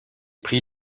pris